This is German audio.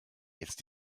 jetzt